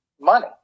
money